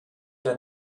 der